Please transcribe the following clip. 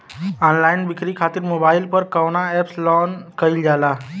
Online बिक्री खातिर mobile पर कवना एप्स लोन कईल जाला?